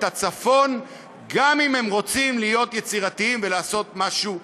הצפון גם אם הם רוצים להיות יצירתיים ולעשות משהו רציני,